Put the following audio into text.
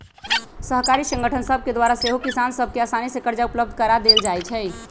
सहकारी संगठन सभके द्वारा सेहो किसान सभ के असानी से करजा उपलब्ध करा देल जाइ छइ